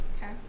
Okay